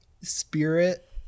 Spirit